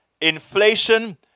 Inflation